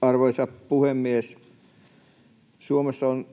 Arvoisa puhemies! Suomessa on